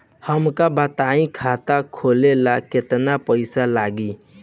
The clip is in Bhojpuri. हमका बताई खाता खोले ला केतना पईसा लागी?